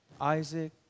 Isaac